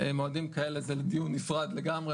מועדים כאלה זה לדיון נפרד לגמרי,